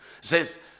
says